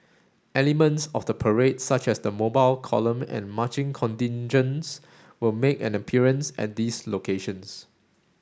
elements of the parade such as the mobile column and marching contingents will make an appearance at these locations